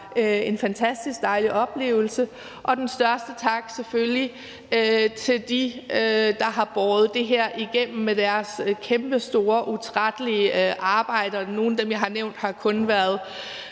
en fantastisk dejlig oplevelse. Og selvfølgelig den største tak til dem, der har båret det her igennem med deres kæmpestore, utrættelige arbejde. Nogle af dem, jeg har nævnt, har kun været